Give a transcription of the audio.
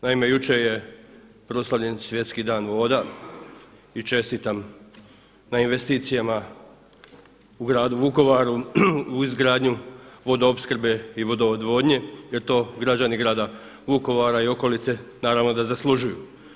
Naime, jučer je proslavljen Svjetski dan voda i čestitam na investicijama u gradu Vukovaru u izgradnju vodoopskrbe i vodoodvodnje jer to građani grada Vukovara i okolice naravno da zaslužuju.